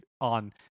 on